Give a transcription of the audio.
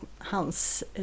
hans